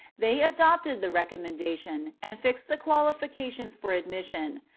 they adopted the recommendation and fixed the qualifications for admission,